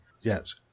Yes